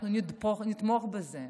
אנחנו נתמוך בזה.